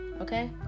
okay